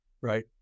right